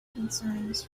concerns